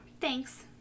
thanks